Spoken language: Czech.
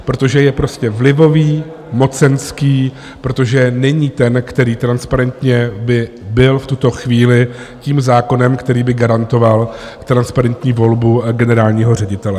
Protože je prostě vlivový, mocenský, protože není ten, který transparentně by byl v tuto chvíli tím zákonem, který by garantoval transparentní volbu generálního ředitele.